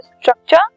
structure